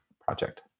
project